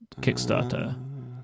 Kickstarter